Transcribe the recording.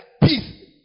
peace